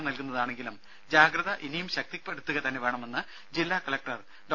വകനൽകുന്നതാണെങ്കിലും ജാഗ്രത ഇനിയും ശക്തിപ്പെടുത്തുകതന്നെ വേണമെന്നു ജില്ലാ കളക്ടർ ഡോ